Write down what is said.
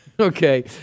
Okay